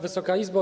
Wysoka Izbo!